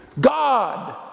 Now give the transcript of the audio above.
God